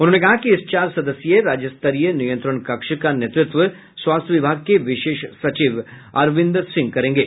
उन्होंने कहा कि इस चार सदस्यीय राज्यस्तरीय नियंत्रण कक्ष का नेतृत्व स्वास्थ्य विभाग के विशेष सचिव अरविंदर सिंह करेंगे